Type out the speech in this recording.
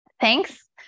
Thanks